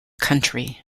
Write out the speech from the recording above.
country